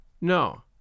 No